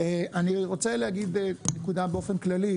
אני רוצה להגיד נקודה באופן כללי,